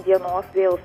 dienos vėl